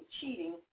cheating